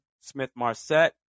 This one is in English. Smith-Marset